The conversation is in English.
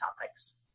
topics